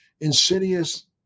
insidious